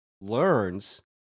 learns